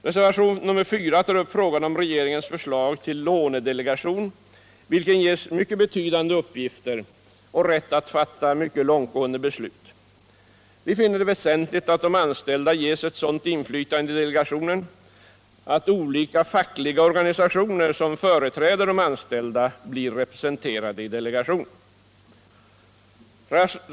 Reservationen 4 gäller regeringens förslag till lånedelegation, vilken ges mycket betydande uppgifter och rätt att fatta mycket långtgående beslut. Vi finner det väsentligt att de anställda ges ett sådant inflytande i delegationen, att olika fackliga organisationer som företräder de anställda blir representerade i delegationen.